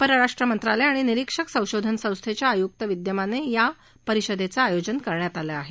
परराष्ट्र मंत्रालय आणि निरीक्षक संशोधन संस्थेच्या आयुक्त विद्यमाने या परिषदेचं आयोजन करण्यात आलं आहे